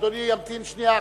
אדוני ימתין שנייה.